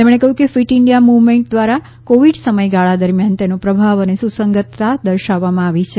તેમણે કહ્યું fit India movement દ્વારા કોવિડ સમયગાળા દરમિયાન તેનો પ્રભાવ અને સુસંગતા દર્શાવવામાં આવી છે